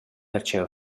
darcheu